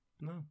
No